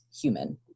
human